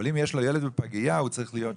אבל אם יש לו ילד בפגייה הוא צריך להיות שם.